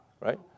right